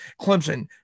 Clemson